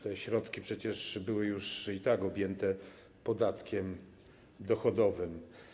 Te środki przecież były już i tak objęte podatkiem dochodowym.